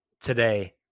today